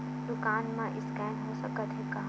दुकान मा स्कैन हो सकत हे का?